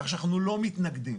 כך שאנחנו לא מתנגדים.